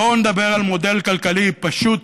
בואו נדבר על מודל כלכלי פשוט,